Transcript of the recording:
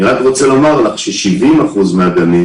אני רק רוצה לומר לך ש-70% מהגנים,